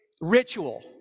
ritual